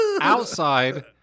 outside